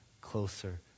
closer